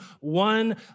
one